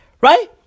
right